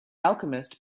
alchemist